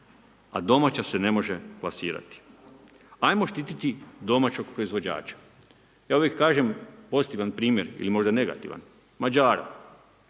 a domaća se ne može plasirati. Ajmo štititi domaćeg proizvođača. Ja uvijek kažem pozitivan primjer ili možda negativan Mađara.